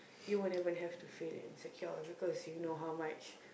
you won't even have to feel insecure because you know how much